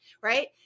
right